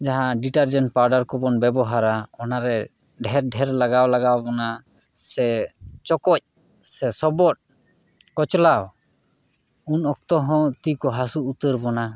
ᱡᱟᱦᱟᱸ detergent powder ᱠᱚᱵᱚᱱ ᱵᱮᱵᱚᱦᱟᱨᱟ ᱚᱱᱟ ᱨᱮ ᱰᱷᱮᱨ ᱰᱷᱮᱨ ᱞᱟᱜᱟᱣ ᱞᱟᱜᱟᱣ ᱵᱚᱱᱟ ᱥᱮ ᱪᱚᱠᱚᱡ ᱥᱮ ᱥᱚᱵᱚᱫ ᱠᱚᱪᱞᱟᱣ ᱩᱱ ᱚᱠᱛᱚ ᱦᱚᱸ ᱛᱤᱠᱚ ᱦᱟᱹᱥᱩ ᱩᱛᱟᱹᱨ ᱵᱚᱱᱟ